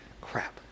Crap